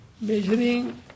measuring